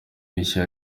bishya